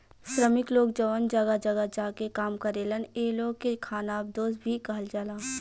श्रमिक लोग जवन जगह जगह जा के काम करेलन ए लोग के खानाबदोस भी कहल जाला